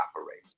operate